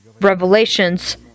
revelations